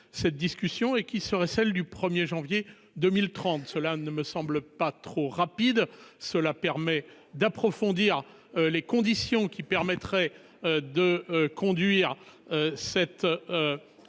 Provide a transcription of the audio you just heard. cette discussion ; celle du 1 janvier 2030. Cela ne me semble pas trop rapide et laisse le temps d'approfondir les conditions qui permettraient de conduire cette